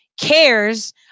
cares